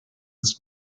its